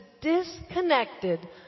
disconnected